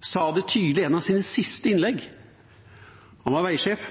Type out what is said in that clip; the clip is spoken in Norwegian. sa det tydelig i et av sine siste innlegg. Han var veisjef.